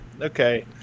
Okay